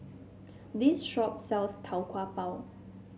this shop sells Tau Kwa Pau